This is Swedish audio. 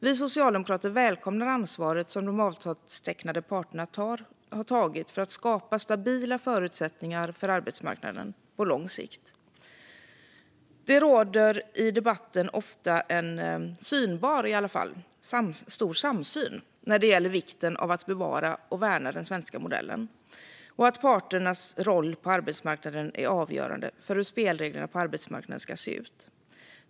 Vi socialdemokrater välkomnar att de avtalstecknande parterna har tagit ansvar för att skapa stabila förutsättningar för arbetsmarknaden på lång sikt. Det råder i debatten ofta en stor samsyn när det gäller vikten av att bevara och värna den svenska modellen och när det gäller att parternas roll på arbetsmarknaden är avgörande för hur spelreglerna på arbetsmarknaden ska se ut.